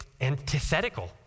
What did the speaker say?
antithetical